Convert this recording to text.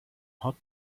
hot